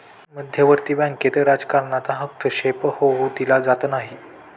मध्यवर्ती बँकेत राजकारणाचा हस्तक्षेप होऊ दिला जात नाही